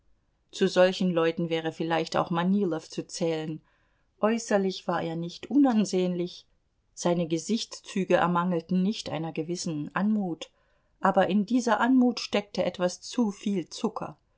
zu solchen leuten wäre vielleicht auch manilow zu zählen äußerlich war er nicht unansehnlich seine gesichtszüge ermangelten nicht einer gewissen anmut aber in dieser anmut steckte etwas zuviel zucker